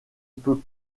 peut